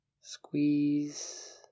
Squeeze